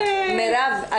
מירב,